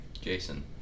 Jason